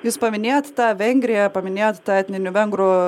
jūs paminėjot tą vengriją paminėjot tą etninių vengrų